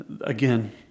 Again